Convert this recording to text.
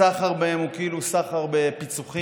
הסחר בהם הוא כאילו סחר בפיצוחים,